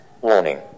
warning